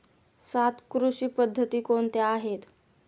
सात कृषी पद्धती कोणत्या आहेत?